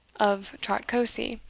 of trotcosey,